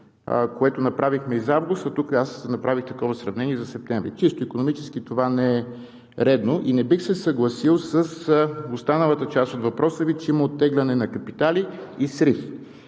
което направихме за август, а тук направих такова сравнение за септември. Чисто икономически това не е редно и не бих се съгласил с останалата част от въпроса Ви, че има оттегляне на капитали и срив.